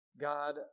God